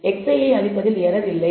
xi ஐப் அளிப்பதில் error இல்லை